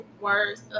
words